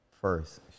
first